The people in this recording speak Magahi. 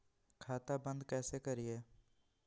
खाता बंद कैसे करिए?